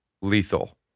lethal